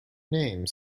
name